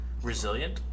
Resilient